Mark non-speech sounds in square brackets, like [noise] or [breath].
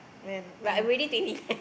when I [breath]